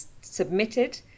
submitted